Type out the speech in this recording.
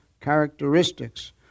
characteristics